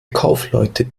kaufleute